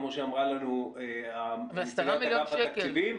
כמו שאמרה לנו נציגת אגף תקציבים,